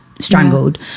strangled